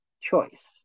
choice